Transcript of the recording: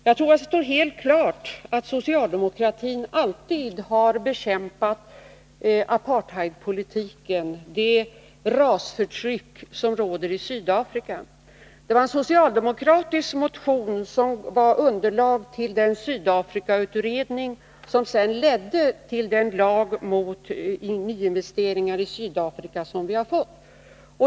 Jag tror att det står helt klart att socialdemokratin alltid har bekämpat apartheidpolitiken, det rasförtryck som råder i Sydafrika. Det var en socialdemokratisk motion som låg till grund för den Sydafrikautredning som sedan ledde till den lag om förbud mot nyinvesteringar i Sydafrika vilken har genomförts.